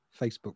facebook